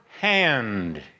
hand